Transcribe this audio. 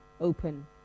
open